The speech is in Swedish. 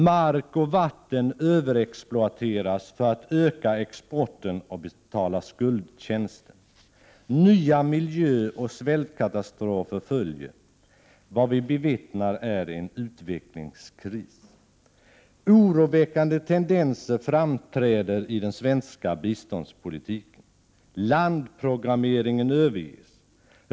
Mark och vatten överexploateras för att man skall kunna öka exporten och klara skuldtjänsten. Nya miljöoch svältkatastrofer följer. Vad vi bevittnar är en utvecklingskris. 15 Oroväckande tendenser framträder i den svenska biståndspolitiken. Landprogrammeringen överges.